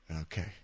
Okay